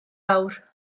awr